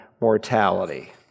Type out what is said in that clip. mortality